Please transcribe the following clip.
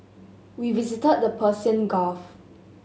we visited the Persian Gulf